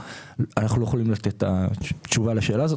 אנחנו לא יכולים לתת את התשובה לשאלה הזאת